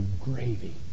gravy